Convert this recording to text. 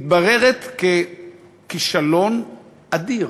מתבררת ככישלון אדיר?